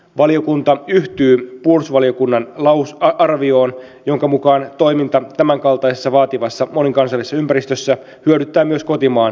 valiokunta yhtyy puolustusvaliokunnan arvioon jonka mukaan toiminta tämänkaltaisessa vaativassa monikansallisessa ympäristössä hyödyttää myös kotimaan puolustusta